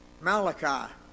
Malachi